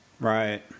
Right